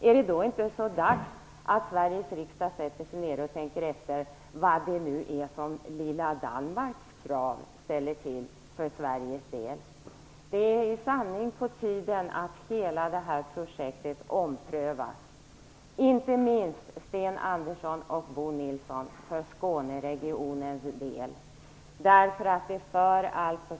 Är det ändå inte dags att ledamöterna i Sveriges riksdag sätter sig ner och tänker efter vad "lilla Danmarks" krav ställer till för Sveriges del? Det är i sanning på tiden att hela detta projekt omprövas, inte minst för Skåneregionens del, Sten Andersson och Bo Nilsson.